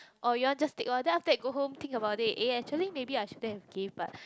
orh you want just take lor then after that go home think about it eh actually maybe I shouldn't have give but